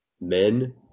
men